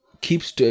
keeps